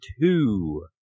two